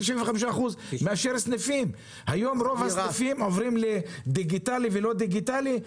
95%. היום רוב הסניפים עוברים לדיגיטלי ולא דיגיטלי,